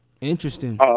Interesting